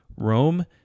Rome